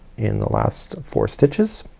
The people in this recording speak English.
in the last four stitches.